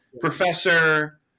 Professor